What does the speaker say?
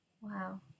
wow